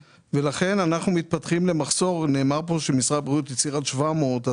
נאמר פה שמשרד הבריאות דיבר על חוסר של 700 רוקחים,